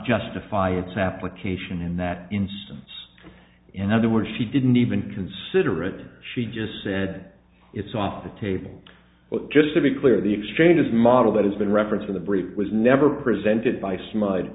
justify its application in that instance in other words she didn't even consider it she just said it's off the table but just to be clear the exchanges model that has been referenced in the brief was never presented by smothered